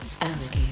alligator